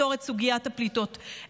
לפתור את סוגיית הפליטות,